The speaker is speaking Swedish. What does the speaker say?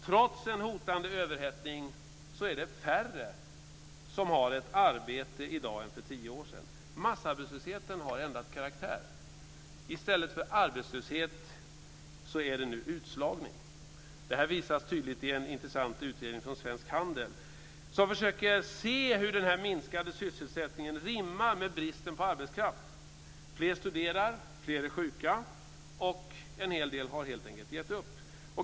Trots en hotande överhettning är det färre som har ett arbete i dag jämfört med för tio år sedan. Massarbetslösheten har ändrat karaktär. I stället för arbetslöshet är det nu utslagning. Det här visas tydligt i en intressant utredning från Svensk Handel som försöker se hur denna minskade sysselsättning rimmar med bristen på arbetskraft. Fler studerar. Fler är sjuka och en hel del har helt enkelt gett upp.